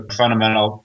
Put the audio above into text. fundamental